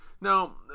Now